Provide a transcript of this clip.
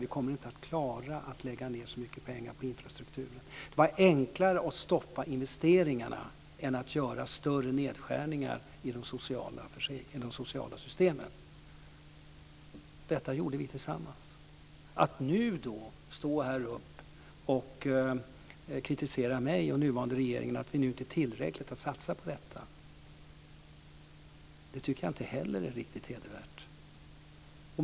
Vi kommer inte att klara att lägga ned så mycket pengar på infrastrukturen. Det var enklare att stoppa investeringarna än att göra större nedskärningar i de sociala systemen. Detta gjorde vi tillsammans. Att nu stå här och kritisera mig och nuvarande regeringen att vi inte har satsat tillräckligt på infrastrukturen tycker jag inte heller är riktigt hedervärt.